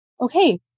okay